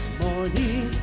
morning